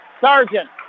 Sergeant